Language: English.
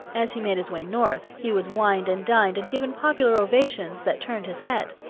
as he made his way north, he was wined and dined and given popular ovations that turned his head.